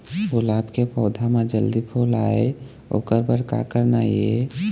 गुलाब के पौधा म जल्दी फूल आय ओकर बर का करना ये?